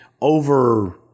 over-